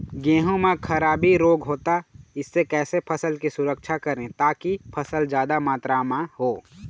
गेहूं म खराबी रोग होता इससे कैसे फसल की सुरक्षा करें ताकि फसल जादा मात्रा म हो?